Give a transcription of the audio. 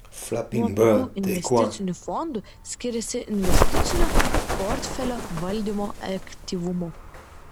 nuo kitų investicinių fondų skiriasi investicinio portfelio valdymo aktyvumu